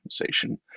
organization